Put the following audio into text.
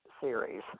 series